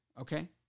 okay